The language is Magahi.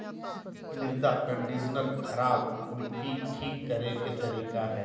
मृदा कंडीशनर खराब मट्टी ठीक करे के तरीका हइ